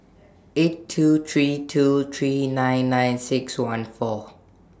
eight two three two three nine nine six one four